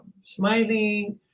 smiling